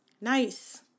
nice